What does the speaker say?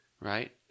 right